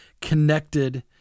connected